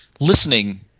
listening